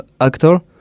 actor